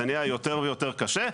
זה נהיה יותר ויותר קשה.